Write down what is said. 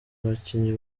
abakinnyi